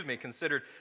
considered